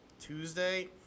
Tuesday